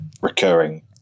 recurring